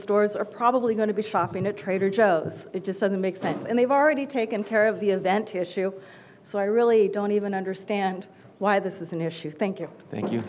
stores are probably going to be shopping at trader joe's it just doesn't make sense and they've already taken care of the event issue so i really don't even understand why this is an issue thank you you thank